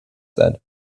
that